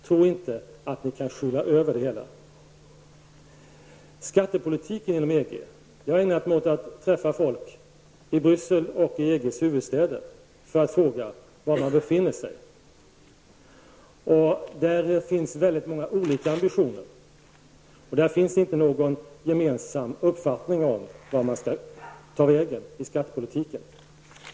Tro inte att ni kan skyla över det hela. Så till frågan om skattepolitiken inom EG. Jag har ägnat mig åt att träffa människor i Bryssel och i EG ländernas huvudstäder för att fråga var man befinner sig i denna fråga. Där finns väldigt många olika ambitioner, och det finns inte någon gemensam uppfattning om vart man skall ta vägen i skattepolitiken.